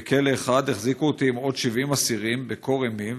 בכלא אחד החזיקו אותי עם עוד 70 אסירים בקור אימים,